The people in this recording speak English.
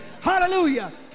Hallelujah